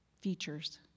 features